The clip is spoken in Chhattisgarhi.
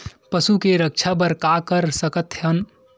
पशु के रक्षा बर का कर सकत हन?